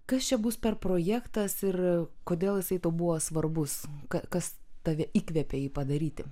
kas čia bus per projektas ir kodėl jisai tau buvo svarbus ka kas tave įkvėpė jį padaryti